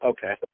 Okay